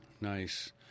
nice